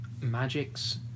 Magics